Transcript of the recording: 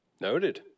Noted